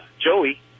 Joey